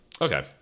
Okay